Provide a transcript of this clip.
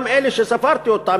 גם אלה שספרתי אותם,